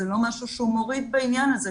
זה לא משהו שמוריד בעניין הזה.